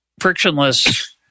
frictionless